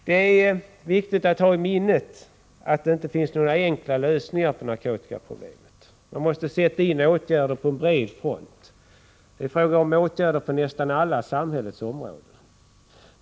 Det är viktigt att ha i minnet att det inte finns några enkla lösningar på narkotikaproblemet. Åtgärder måste sättas in på bred front. Det är fråga om åtgärder på nästan alla samhällets områden.